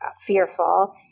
fearful